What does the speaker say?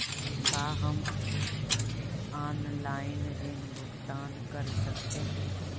का हम आनलाइन ऋण भुगतान कर सकते हैं?